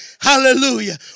Hallelujah